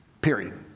Period